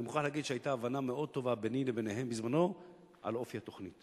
אני מוכרח להגיד שהיתה אז הבנה מאוד טובה ביני לביניהם על אופי התוכנית.